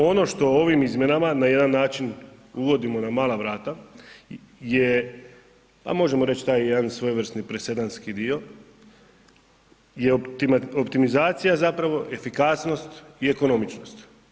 Ono što ovim izmjenama na jedan način uvodimo na mala vrata je pa možemo reći taj jedan svojevrsni presedanski dio i optimizacija zapravo, efikasnost i ekonomičnost.